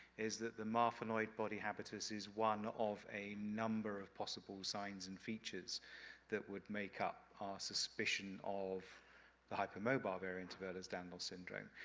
is that the marfanoid body habitus is one of a number of possible signs and features that would make up our suspicion of the hypermobile variant of ehlers-danlos syndrome,